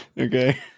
Okay